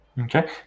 Okay